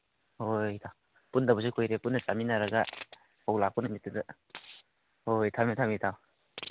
ꯍꯣꯏ ꯍꯣꯏ ꯏꯇꯥꯎ ꯄꯨꯟꯗꯕꯁꯨ ꯀꯨꯏꯔꯦ ꯄꯨꯟꯅ ꯆꯥꯃꯤꯟꯅꯔꯒ ꯐꯧ ꯂꯥꯛꯄ ꯅꯨꯃꯤꯠꯇꯨꯗ ꯍꯣꯏ ꯍꯣꯏ ꯊꯝꯃꯦ ꯊꯝꯃꯦ ꯏꯇꯥꯎ